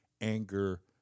anger